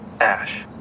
Ash